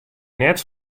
net